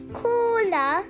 corner